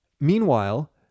Meanwhile